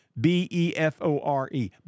B-E-F-O-R-E